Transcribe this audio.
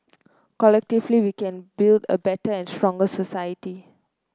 collectively we can build a better and stronger society